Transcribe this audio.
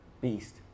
beast